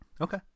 Okay